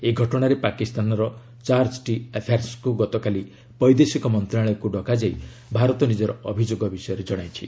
ଏହି ଘଟଣାରେ ପାକିସ୍ତାନର 'ଚାର୍କ ଡି ଆଫେୟାର୍ସ'ଙ୍କୁ ଗତକାଲି ବୈଦେଶିକ ମନ୍ତ୍ରଣାଳୟକୁ ଡକାଯାଇ ଭାରତ ନିଜର ଅଭିଯୋଗ ବିଷୟରେ କଣାଇଛି